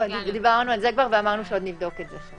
כבר דיברנו על זה ואמרנו שעוד נבדוק את זה.